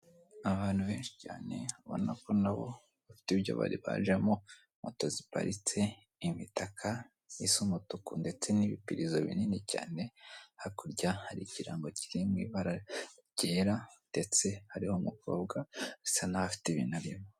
Abantu benshi cyane ubona ko nabo bafite ibyo bari bajemo, moto ziparitse, imitaka isa umutuku, ndetse n'ibipirizo binini cyane hakurya hari ikirango kiri mu ibara ryera ndetse hariho umukobwa usa nk'aho afite ibintu arimo.